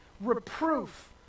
reproof